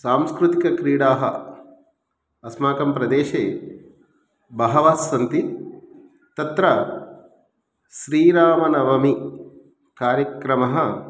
सांस्कृतिकक्रीडाः अस्माकं प्रदेशे बहवस्सन्ति तत्र श्रीरामनवमी कार्यक्रमः